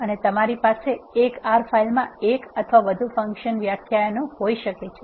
અને તમારી પાસે એક R ફાઇલમાં એક અથવા વધુ ફંક્શન વ્યાખ્યાઓ હોઈ શકે છે